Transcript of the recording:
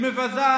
היא מבזה.